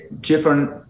different